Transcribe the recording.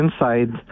inside